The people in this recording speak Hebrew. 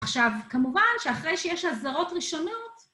עכשיו, כמובן שאחרי שיש אזהרות ראשונות...